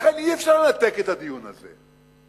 לכן, אי-אפשר לנתק את הדיון הזה.